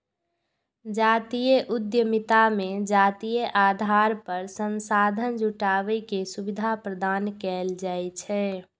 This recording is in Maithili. जातीय उद्यमिता मे जातीय आधार पर संसाधन जुटाबै के सुविधा प्रदान कैल जाइ छै